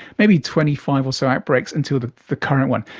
maybe twenty five or so outbreaks until the the current one.